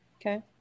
Okay